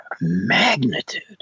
magnitude